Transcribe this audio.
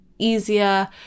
easier